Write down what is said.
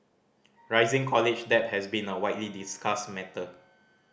rising college debt has been a widely discussed matter